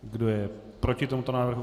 Kdo je proti tomuto návrhu?